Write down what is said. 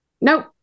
Nope